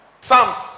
Psalms